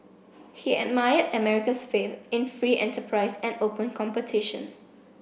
he admired America's faith in free enterprise and open competition